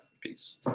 Peace